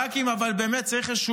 ורק אם באמת צריך,